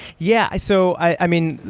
yeah. i so i mean,